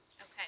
Okay